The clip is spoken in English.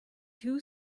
two